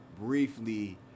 briefly